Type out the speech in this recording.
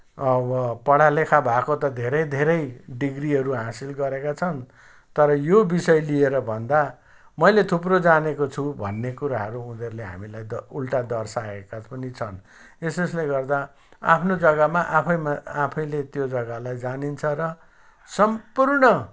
अब पढालेखा भएको त धेरै धेरै डिग्रीहरू हासिल गरेका छन् तर यो विषय लिएर भन्दा मैले थुप्रो जानेको छु भन्ने कुराहरू उनीहरूले हामीहरूलाई त उल्टा दर्शाएका पनि छन् यस यसले गर्दा आफ्नो जग्गामा आफै आफैले त्यो जग्गालाई जानिन्छ र सम्पूर्ण